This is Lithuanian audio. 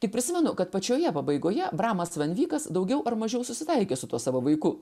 tik prisimenu kad pačioje pabaigoje bramas van vykas daugiau ar mažiau susitaikė su tuo savo vaiku